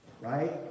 Right